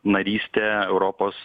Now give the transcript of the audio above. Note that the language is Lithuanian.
narystė europos